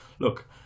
look